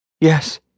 Yes